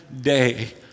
day